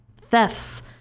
thefts